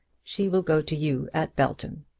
she will go to you at belton.